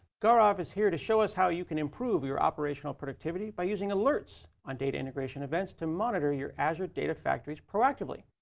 gaurav is here to show us how you can improve your operational productivity by using alerts on data integration events to monitor your azure data factories proactively,